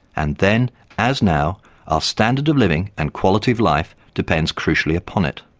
and then as now our standard of living and quality of life depends crucially upon it.